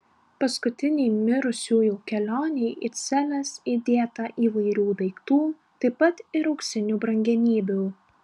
paskutinei mirusiųjų kelionei į celes įdėta įvairių daiktų taip pat ir auksinių brangenybių